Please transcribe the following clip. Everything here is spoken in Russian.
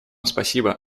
спасибо